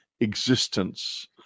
existence